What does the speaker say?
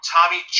Tommy